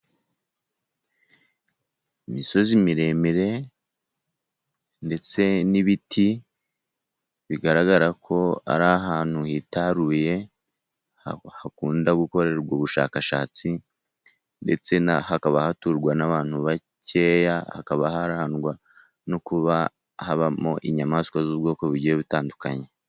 Imisozi miremire ndetse n'ibiti, bigaragara ko ari ahantu yihitaruye, hakunda gukorerwa ubushakashatsi, ndetse hakaba haturwa n'abantu bakeya, hakaba harangwa no kuba habamo inyamaswa z'ubwoko bugiye bitandukanye.